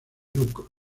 lucro